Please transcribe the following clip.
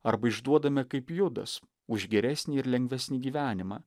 arba išduodame kaip judas už geresnį ir lengvesnį gyvenimą